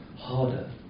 harder